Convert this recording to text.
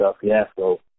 fiasco